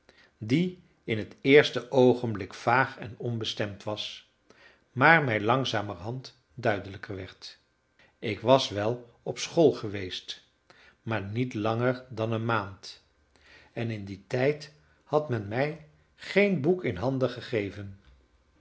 die in het eerste oogenblik vaag en onbestemd was maar mij langzamerhand duidelijker werd ik was wel op school geweest maar niet langer dan een maand en in dien tijd had men mij geen boek in handen gegeven